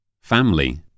Family